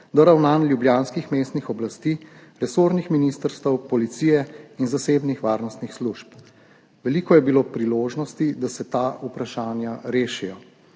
do ravnanj ljubljanskih mestnih oblasti, resornih ministrstev, policije in zasebnih varnostnih služb. Veliko je bilo priložnosti, da se ta vprašanja rešijo.